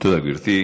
תודה, גברתי.